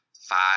five